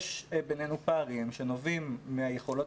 יש בינינו פערים שנובעים מהיכולות